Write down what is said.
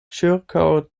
ĉirkaŭ